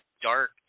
dark